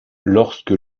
lorsque